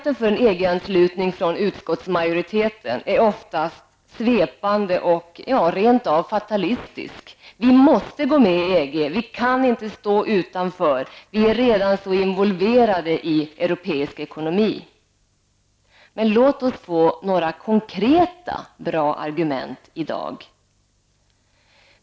anslutning är oftast svepande och rent av fatalistiska. Vi måste gå med i EG, vi kan inte stå utanför, vi är redan så involverade i europeisk ekonomi, men låt oss gärna får några konkreta och bra argument i dag!